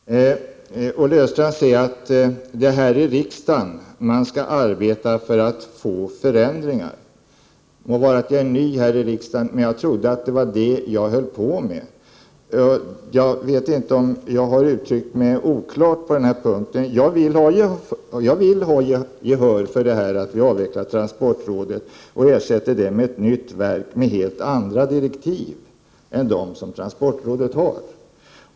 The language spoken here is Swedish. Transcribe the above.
Herr talman! Olle Östrand sade att det är här i riksdagen som man skall arbeta för att få förändringar till stånd. Jag är ny här i riksdagen, men jag trodde ändå att det var det som jag höll på med. Jag vet inte om jag har uttryckt mig oklart, men jag vill ha gehör för en avveckling av transportrådet. Vi vill ersätta det med ett nytt verk med helt andra direktiv än dem som transportrådet har.